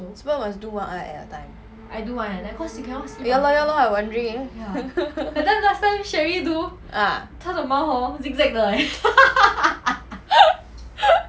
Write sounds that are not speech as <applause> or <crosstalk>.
so must do one eye at a time ya lor ya lor I wondering <laughs> ah <laughs>